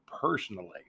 personally